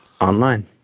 online